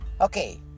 okay